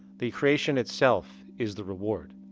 the creation itself is the reward.